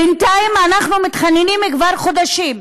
בינתיים אנחנו מתחננים כבר חודשים,